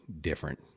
different